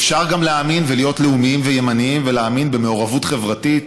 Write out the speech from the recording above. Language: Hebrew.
אפשר להאמין ולהיות לאומיים וימנים וגם להאמין במעורבות חברתית,